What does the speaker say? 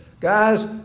Guys